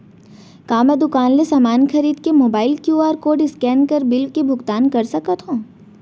का मैं दुकान ले समान खरीद के मोबाइल क्यू.आर कोड स्कैन कर बिल के भुगतान कर सकथव?